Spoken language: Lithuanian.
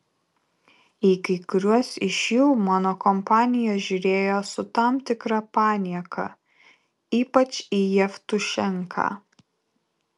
į kai kuriuos iš jų mano kompanija žiūrėjo su tam tikra panieka ypač į jevtušenką